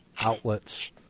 outlets